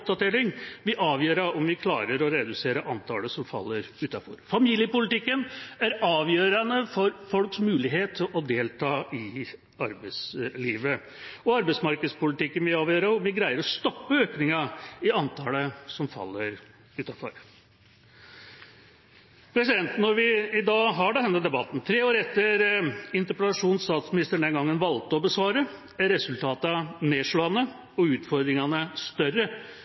om vi klarer å redusere antallet som faller utenfor. Familiepolitikken er avgjørende for folks mulighet til å delta i arbeidslivet. Arbeidsmarkedspolitikken vil avgjøre om vi greier å stoppe økningen i antallet som faller utenfor. Når vi i dag har denne debatten, tre år etter interpellasjonen statsministeren den gangen valgte å besvare, er resultatene nedslående og utfordringene større